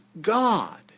God